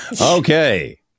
Okay